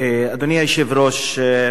אדוני היושב-ראש,